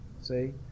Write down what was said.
see